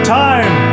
time